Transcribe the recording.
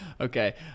Okay